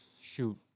shoot